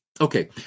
Okay